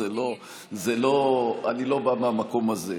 אז אני לא בא מהמקום הזה,